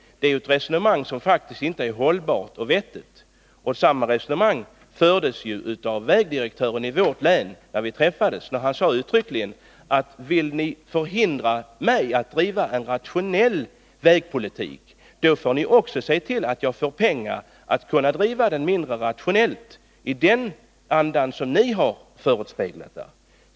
Det resonemanget är faktiskt inte hållbart och vettigt. Vägdirektören i vårt län sade uttryckligen när vi träffades: Vill ni förhindra mig att driva en rationell väghållning, då får ni också se till att jag får pengar till att driva den mindre rationellt, i den anda som ni har förespeglat människorna.